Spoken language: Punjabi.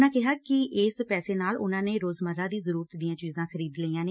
ਉਸ ਨੇ ਕਿਹਾ ਕਿ ਇਸ ਪੈਸੇ ਨਾਲ ਉਨਾਂ ਨੇ ਰੋਜ਼ਮੱਰਾ ਦੀ ਜ਼ਰੁਰਤ ਦੀਆਂ ਚੀਜ਼ਾਂ ਖਰੀਦ ਲਈਆਂ ਨੇ